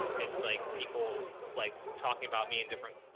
um it's like people like talking about me in different, like.